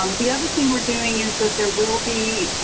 um the other thing we're doing is that there will be